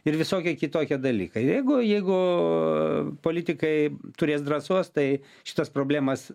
ir visokie kitokie dalykai jeigu jeigu politikai turės drąsos tai šitas problemas